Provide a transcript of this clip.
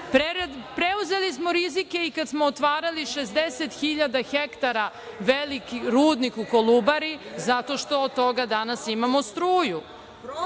preuzeli smo rizike i kada smo otvarali 60.000 ha veliki rudniku u „Kolubari“, zato što od toga danas imamo struju. Ako